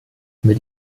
mit